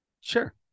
sure